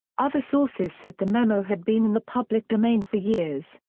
other sources said the memo had been in the public domain for years,